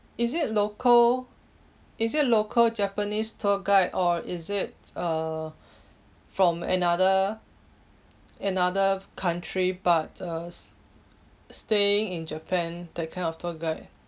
is it local is it local japanese tour guide or is it uh from another another country but uh staying in japan that kind of tour guide